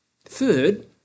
Third